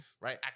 Right